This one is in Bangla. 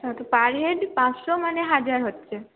আচ্ছা আর পার হেড পাঁচশো মানে হাজার হচ্ছে